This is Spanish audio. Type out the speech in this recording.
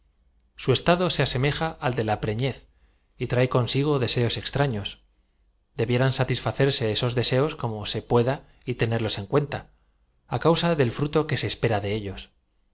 su estado se asemeja al de la pre fiez y trae consigo deseos extraños debieran satisfaz cerse esos deseos como se pueda y tenerlos en cuenta á causa dei fruto que ae espera de ellos